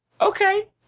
okay